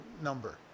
number